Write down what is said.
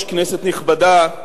נכבדה,